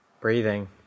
breathing